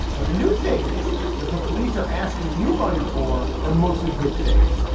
but the new things that the police are asking new money for are mostly good things.